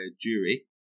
jury